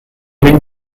wyn